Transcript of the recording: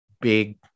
big